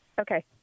Okay